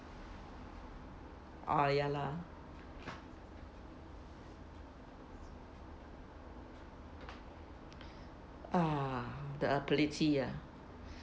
ah ya lah ah the ability ah